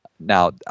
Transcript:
Now